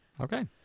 Okay